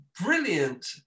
brilliant